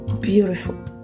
beautiful